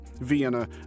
Vienna